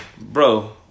Bro